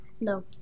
No